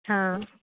हां